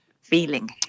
feeling